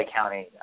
County